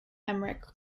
emeric